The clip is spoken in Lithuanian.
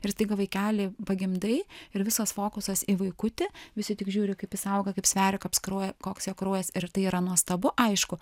ir tik vaikelį pagimdai ir visas fokusas į vaikutį visi tik žiūri kaip jis auga kaip sveria koks jo kraujas ir tai yra nuostabu aišku